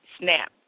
snap